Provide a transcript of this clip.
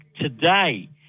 today